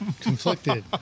conflicted